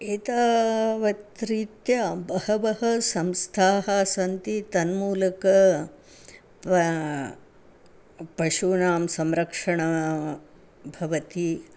एतावता रीत्या बह्व्यः संस्थाः सन्ति तन्मूलकानां प पशूनां संरक्षणं भवति